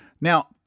Now